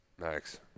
Max